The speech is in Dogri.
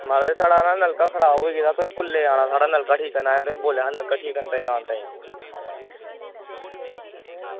म्हाराज साढ़ा ना नलका खराब होई गेदा कोलै आना तुसें नलका ठीक करने गी तुसें बोलेआ हा नलका ठीक करने ताहीं